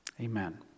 amen